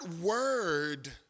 word